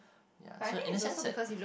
ya so in a sense that